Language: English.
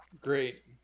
Great